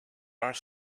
are